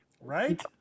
Right